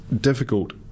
difficult